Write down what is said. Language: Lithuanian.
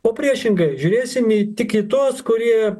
o priešingai žiūrėsim tik į tuos kurie